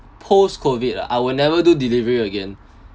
post COVID ah I would never do delivery again